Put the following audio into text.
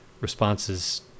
responses